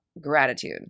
gratitude